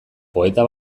poeta